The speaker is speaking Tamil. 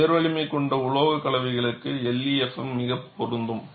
உயர் வலிமை கொண்ட உலோகக் கலவைகளுக்குச LEFM மிகவும் பொருந்தும்